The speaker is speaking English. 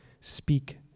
speak